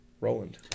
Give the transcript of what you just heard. Roland